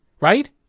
right